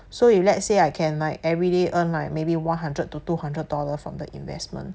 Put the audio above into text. so if let's say I can like everyday earn like maybe one hundred to two hundred dollar from the investment